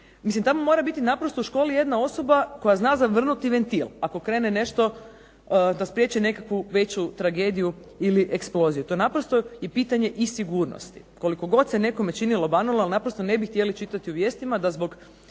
tamo mora biti naprosto u školi jedna osoba koja zna zavrnuti ventil ako krene nešto da spriječi nekakvu veću tragediju i eksploziju to je naprosto pitanje sigurnosti. Koliko god se nekome činilo banalno ali naprosto ne bi htjeli čitati u vijestima da zbog